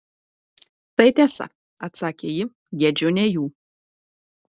tai tiesa atsakė ji gedžiu ne jų